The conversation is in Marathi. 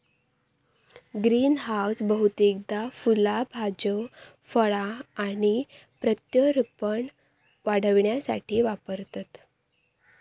ग्रीनहाऊस बहुतेकदा फुला भाज्यो फळा आणि प्रत्यारोपण वाढविण्यासाठी वापरतत